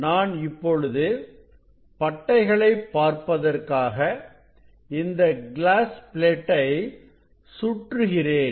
நான் இப்பொழுது பட்டைகளை பார்ப்பதற்காக இந்த கிளாஸ் பிளேட்டை சுற்றுகிறேன்